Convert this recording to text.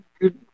good